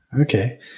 Okay